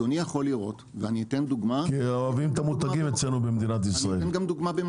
כי אוהבים את המותגים אצלנו במדינת ישראל.